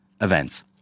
events